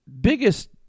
Biggest